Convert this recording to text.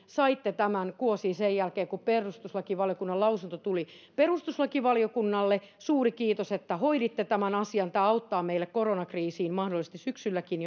saitte tämän kuosiin sen jälkeen kun perustuslakivaliokunnan lausunto tuli perustuslakivaliokunnalle suuri kiitos että hoiditte tämän asian tämä auttaa meillä koronakriisiin mahdollisesti syksylläkin